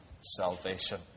salvation